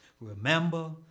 Remember